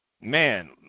Man